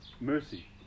mercy